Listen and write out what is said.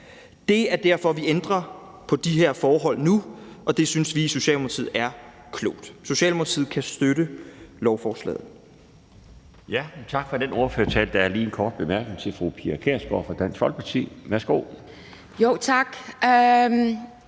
Det er derfor, vi nu ændrer på de her forhold, og det synes vi i Socialdemokratiet er klogt. Socialdemokratiet kan støtte lovforslaget.